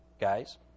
guys